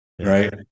right